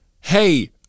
hey